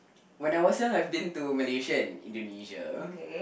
when I was young I've been to Malaysia and Indonesia